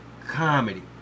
comedy